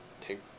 take